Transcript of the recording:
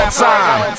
time